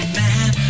man